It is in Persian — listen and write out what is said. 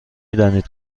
دانید